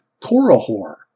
Korahor